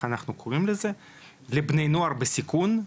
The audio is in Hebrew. לבני נוער בסיכון,